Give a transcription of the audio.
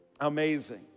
amazing